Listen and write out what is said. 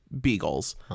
beagles